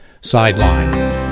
sideline